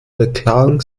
beklagen